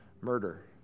murder